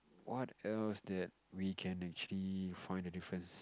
what else that we can actually find a difference